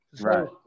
Right